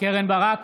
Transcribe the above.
קרן ברק,